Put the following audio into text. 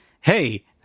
hey